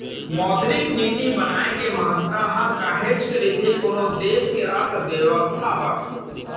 मौद्रिक नीति बनाए के महत्ता ह काहेच के रहिथे कोनो देस के अर्थबेवस्था बर